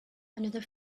another